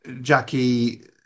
Jackie